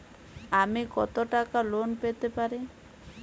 আমি কত টাকা লোন পেতে পারি?